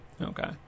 Okay